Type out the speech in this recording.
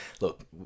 Look